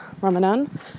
Ramadan